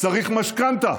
צריך משכנתה,